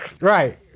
Right